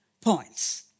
points